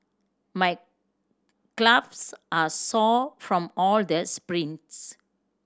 my gloves are sore from all the sprints